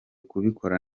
kubikora